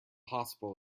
hospital